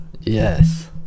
Yes